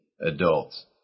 adults